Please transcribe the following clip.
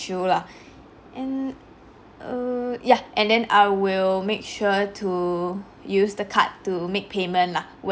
~ew lah and err ya and then I will make sure to use the card to make payment lah whe~